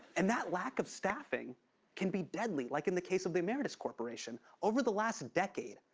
and that lack of staffing can be deadly, like in the case of the emeritus corporation. over the last decade,